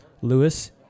Lewis